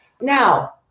Now